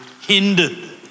hindered